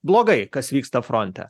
blogai kas vyksta fronte